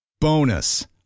Bonus